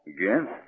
Again